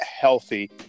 healthy